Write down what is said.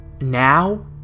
now